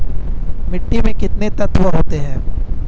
मिट्टी में कितने तत्व होते हैं?